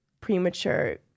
premature